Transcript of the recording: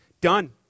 Done